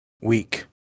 weak